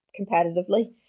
competitively